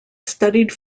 studied